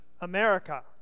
America